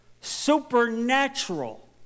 supernatural